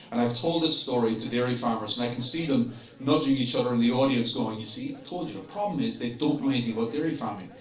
and i've told this story to dairy farmers, and i can see them nudging each other in the audience, going, you see, told you. the problem is, they don't know anything about dairy farming.